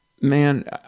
man